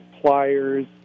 pliers